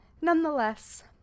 nonetheless